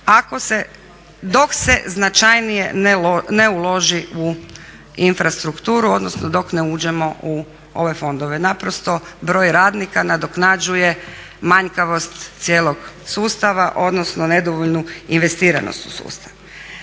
dok se značajnije ne uloži u infrastrukturu, odnosno dok ne uđemo u ove fondove. Naprosto broj radnika nadoknađuje manjkavost cijelog sustava, odnosno nedovoljnu investiranost u sustav.